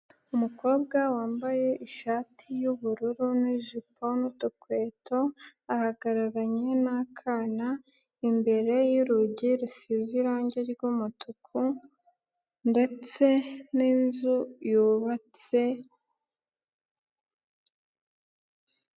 Umukobwa wambaye ishati y'ubururu n'ijipo n'udukweto ahagararanye n'akana imbere y'urugi rusize irangi ry'umutuku ndetse n'inzu yubatse.